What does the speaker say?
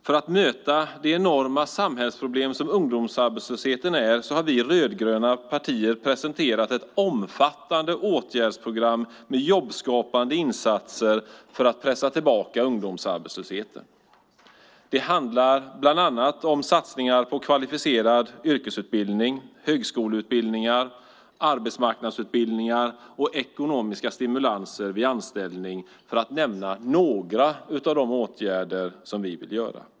För att möta det enorma samhällsproblem som ungdomsarbetslösheten är har vi rödgröna partier presenterat ett omfattande åtgärdsprogram med jobbskapande insatser för att pressa tillbaka ungdomsarbetslösheten. Det handlar bland annat om satsningar på kvalificerad yrkesutbildning, högskoleutbildningar, arbetsmarknadsutbildningar och ekonomiska stimulanser vid anställning - för att nämna några av de åtgärder som vi vill vidta.